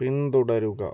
പിന്തുടരുക